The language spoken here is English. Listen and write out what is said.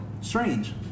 Strange